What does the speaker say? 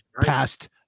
past